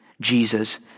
Jesus